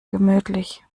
gemütlich